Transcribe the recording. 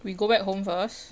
we go back home first